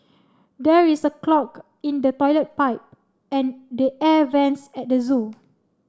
there is a clog in the toilet pipe and the air vents at the zoo